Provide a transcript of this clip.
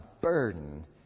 burden